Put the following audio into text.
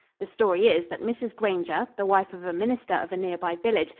the story is that mrs. granger, the wife of a minister of a nearby village,